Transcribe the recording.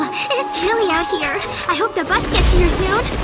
chilly out here i hope the bus gets here soon